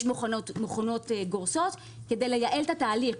יש מכונות גורסות כדי לייעל את התהליך.